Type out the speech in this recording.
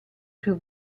più